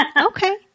Okay